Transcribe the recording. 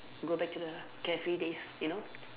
go back to the carefree days you know